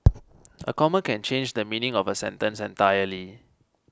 a comma can change the meaning of a sentence entirely